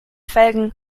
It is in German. felgen